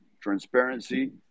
transparency